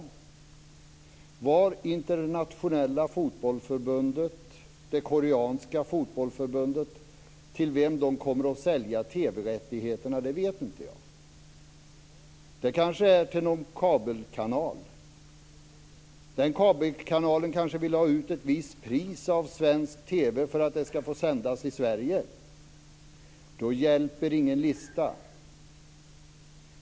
Till vem det internationella fotbollsförbundet och det koreanska fotbollsförbundet kommer att sälja TV rättigheterna vet inte jag. Det kanske blir till någon kabelkanal. Den kabelkanalen kanske vill ha ut ett visst pris av svensk TV för att det skall få sändas i Sverige. Då hjälper ingen lista.